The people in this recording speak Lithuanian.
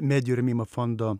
medijų rėmimo fondo